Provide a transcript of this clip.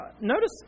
Notice